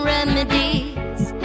Remedies